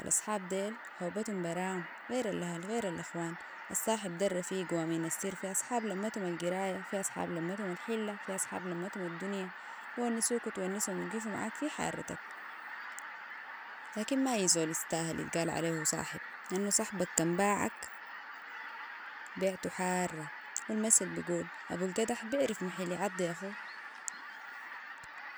الأصحاب ديل حوبتهم براهم غير الاهل غير الأخوان الصاحب ده الرفيق وامين السر في أصحاب لمتم القراية في أصحاب لمتم الحلة في أصحاب لمتم الدنيا بي ونسوك و تونسم وبقيفو معاك معاك في حارتك لكن ما أي زول استاهل يتقال عليه صاحب لأن صاحبك كان باعك بيعتو حارة والمثل بيقول أبو القدح بيعرف محل يعضي أخو